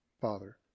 Father